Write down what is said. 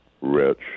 rich